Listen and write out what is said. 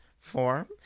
form